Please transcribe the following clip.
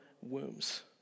wombs